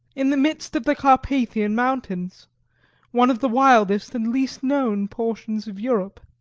in the midst of the carpathian mountains one of the wildest and least known portions of europe.